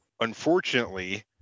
Unfortunately